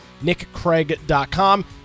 NickCraig.com